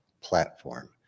platform